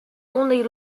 only